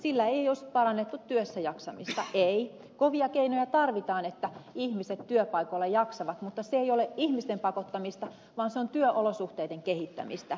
sillä ei olisi parannettu työssäjaksamista ei kovia keinoja tarvitaan että ihmiset työpaikoilla jaksavat mutta se ei voi olla ihmisten pakottamista vaan se on työolosuhteiden kehittämistä